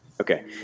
okay